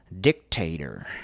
dictator